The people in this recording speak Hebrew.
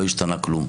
לא השתנה כלום.